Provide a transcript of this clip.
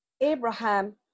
Abraham